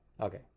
Okay